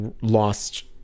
lost